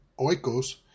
Oikos